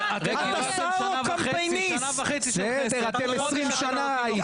המניפסט המופרע שלך לא --- 20 שנה הייתם.